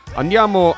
andiamo